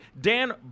Dan